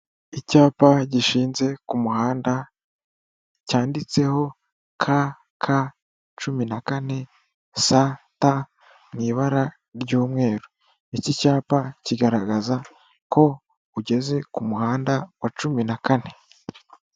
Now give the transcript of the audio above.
Icyapa gishinze ku muhanda cyanditseho KK cumi na kane st mu ibara ry'umweru. Iki cyapa kigaragaza ko ugeze ku muhanda wa cumi na kane.